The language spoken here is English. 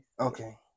Okay